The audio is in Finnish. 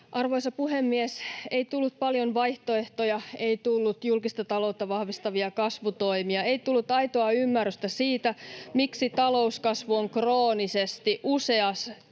Arvoisa puhemies! Ei tullut paljon vaihtoehtoja. Ei tullut julkista taloutta vahvistavia kasvutoimia. Ei tullut aitoa ymmärrystä siitä, miksi talouskasvu on kroonisesti vuodesta